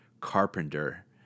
carpenter